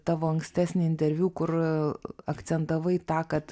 tavo ankstesnį interviu kur akcentavai tą kad